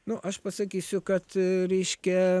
nu aš pasakysiu kad reiškia